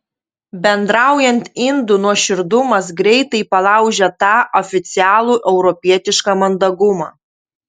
bendraujant indų nuoširdumas greitai palaužia tą oficialų europietišką mandagumą